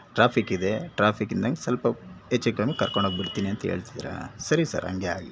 ಟ್ರಾಫಿಕ್ಕಿದೆ traffic ಇಲ್ದಂಗೆ ಸ್ವಲ್ಪ ಹೆಚ್ಚು ಕಮ್ಮಿ ಕರ್ಕೊಂಡೋಗಿ ಬಿಡ್ತೀನಿ ಅಂತೇಳ್ತಿದಿರಾ ಸರಿ ಸರ್ ಹಂಗೆ ಆಗಲಿ